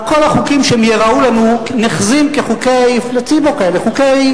על כל החוקים שייראו לנו נחזים כחוקים ריקים,